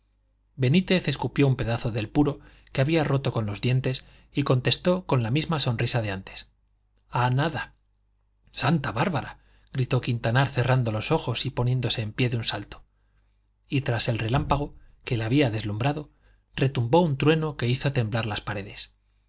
benítez escupió un pedazo del puro que había roto con los dientes y contestó con la misma sonrisa de antes a nada santa bárbara gritó quintanar cerrando los ojos y poniéndose en pie de un salto y tras el relámpago que le había deslumbrado retumbó un trueno que hizo temblar las paredes